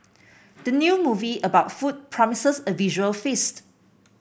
the new movie about food promises a visual feast